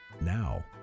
now